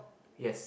yes